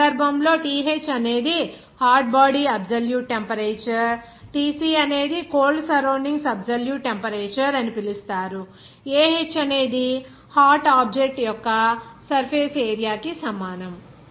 ఈ సందర్భంలో Th అనేది హాట్ బాడీ అబ్సొల్యూట్ టెంపరేచర్ మరియు Tc ని కోల్డ్ సరౌండింగ్స్ అబ్సొల్యూట్ టెంపరేచర్ అని పిలుస్తారు మరియు Ah అనేది హాట్ ఆబ్జెక్ట్ యొక్క సర్ఫేస్ ఏరియా కి సమానం